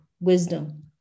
wisdom